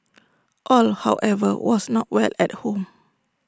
all however was not well at home